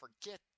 Forget